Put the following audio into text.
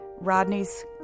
Rodney's